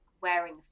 wearing